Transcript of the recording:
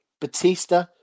Batista